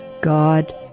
God